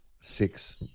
Six